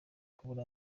kubura